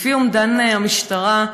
לפני אומדן המשטרה,